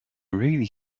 really